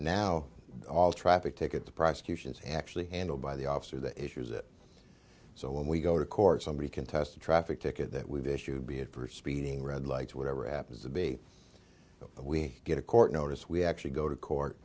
now all traffic ticket the prosecutions actually handled by the officer that issues it so when we go to court somebody can test a traffic ticket that we've issued be it for speeding red lights whatever happens to be we get a court notice we actually go to court